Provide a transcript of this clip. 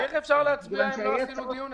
איך אפשר להצביע אם לא עשינו עליו דיון?